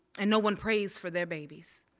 and no one prays for their babies.